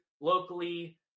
locally